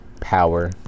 power